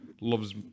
loves